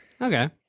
okay